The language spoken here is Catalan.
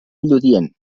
lludient